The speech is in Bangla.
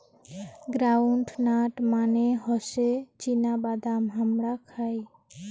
গ্রাউন্ড নাট মানে হসে চীনা বাদাম হামরা খাই